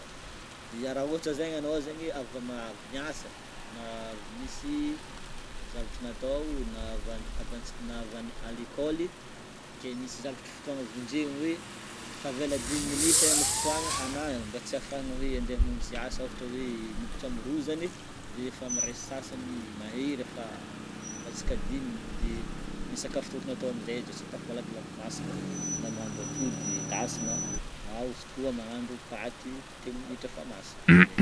Ya raha ohatra zegny anao zegny avy ami- avy miasa na avhy avy misy zavatra natao na avy an- avy an-ts na avy any à l'école ke misy zavatra fotoagna vonjegny hoe tavela dimy minitra ny fotoagna anagnana mba tsy ahafahagna hoe andeha hamonjy asa ohatra hoe miditry amin'ny roa zegny de efa amin'ray sasany mahery efa latsaka diminy de ny sakafo tokony atao am'zay de sakafo malakilaky masaka, na mahandro atody endasina, na izy koa mahandro paty telo minitra efa masaka de zay.